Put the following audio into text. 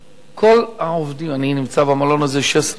אני נמצא במלון הזה 16 שנים,